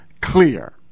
clear